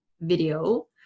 video